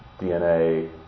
DNA